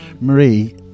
marie